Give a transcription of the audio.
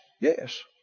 Yes